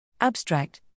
Abstract